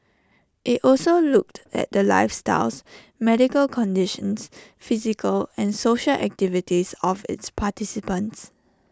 IT also looked at the lifestyles medical conditions physical and social activities of its participants